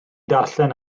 darllen